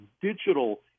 digital